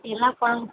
எல்லா பழமும்